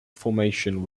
formation